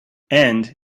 and